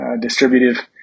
distributive